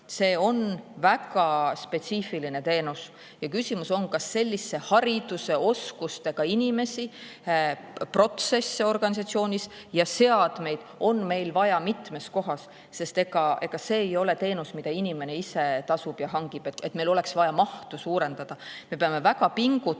See on väga spetsiifiline teenus ja küsimus on, kas sellise hariduse ja oskustega inimesi, protsesse organisatsioonis ja seadmeid on meil vaja mitmes kohas, sest ega see ei ole teenus, mida inimene ise tasub ja hangib. Meil oleks vaja mahtu suurendada. Me peame väga pingutama,